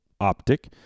Optic